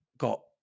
got